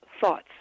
thoughts